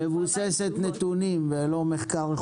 לדיון הבא אני מקווה שנקבל סקירה יותר מבוססת נתונים ולא מחקר איכותני.